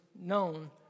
known